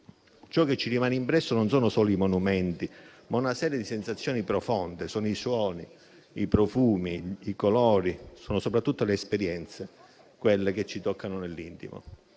ciò che ci rimane impresso non sono solo i monumenti, ma anche una serie di sensazioni profonde: sono i suoni, i profumi e i colori; sono soprattutto le esperienze quelle che ci toccano nell'intimo.